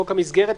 חוק המסגרת,